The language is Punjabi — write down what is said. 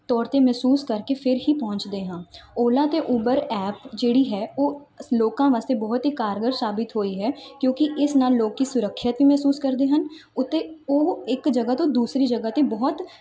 ਤੌਰ 'ਤੇ ਮਹਿਸੂਸ ਕਰਕੇ ਫਿਰ ਹੀ ਪਹੁੰਚਦੇ ਹਾਂ ਓਲਾ ਅਤੇ ਉਬਰ ਐਪ ਜਿਹੜੀ ਹੈ ਉਹ ਲੋਕਾਂ ਵਾਸਤੇ ਬਹੁਤ ਹੀ ਕਾਰਗਰ ਸਾਬਿਤ ਹੋਈ ਹੈ ਕਿਉਂਕਿ ਇਸ ਨਾਲ ਲੋਕ ਸੁਰੱਖਿਅਤ ਵੀ ਮਹਿਸੂਸ ਕਰਦੇ ਹਨ ਅਤੇ ਉਹ ਇੱਕ ਜਗ੍ਹਾ ਤੋਂ ਦੂਸਰੀ ਜਗ੍ਹਾ 'ਤੇ ਬਹੁਤ